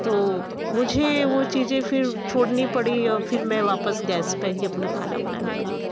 तो मुझे वे चीज़ें फिर छोड़नी पड़ी फिर मैं वापस गैस पर ही अपना खाना बनाने लगी